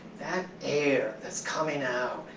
that air that's coming out,